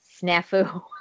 snafu